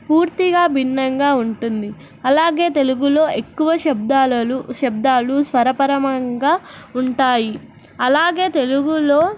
పూర్తిగా భిన్నంగా ఉంటుంది అలాగే తెలుగులో ఎక్కువ శబ్దాలలు శబ్దాలు స్వరపరమంగా ఉంటాయి అలాగే తెలుగులో